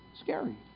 scary